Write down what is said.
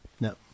no